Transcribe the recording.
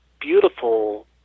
beautiful